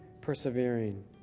Persevering